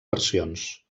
versions